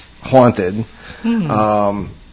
haunted